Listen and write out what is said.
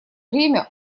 время